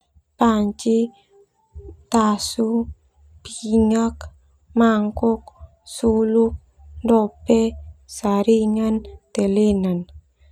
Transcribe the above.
Panci, tasu, pingak, mango, suluk, dope, saringan, telenan.